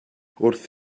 wrth